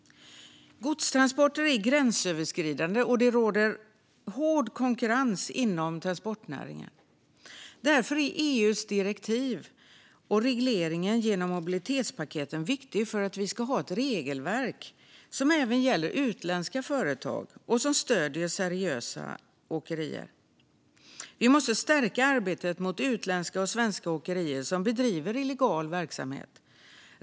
Godstransporter är gränsöverskridande, och det råder hård konkurrens inom transportnäringen. Därför är EU:s direktiv och regleringen genom mobilitetspaketet viktiga för att vi ska ha ett regelverk som även gäller utländska företag och som stöder seriösa åkerier. Vi måste stärka arbetet mot utländska och svenska åkerier som bedriver illegal verksamhet.